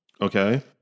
okay